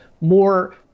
More